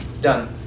done